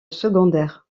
secondaire